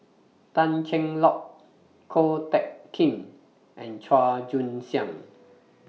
Tan Cheng Lock Ko Teck Kin and Chua Joon Siang